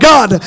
God